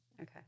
Okay